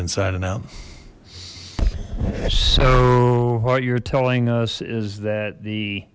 inside and out so what you're telling us is that the